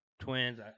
Twins